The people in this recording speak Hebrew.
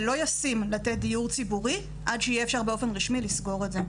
ולא ישים לתת דיור ציבורי עד שיהיה אפשר באופן רשמי לסגור את זה.